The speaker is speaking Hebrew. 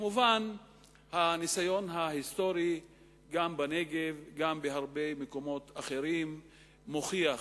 הניסיון ההיסטורי בנגב ובהרבה מקומות אחרים מוכיח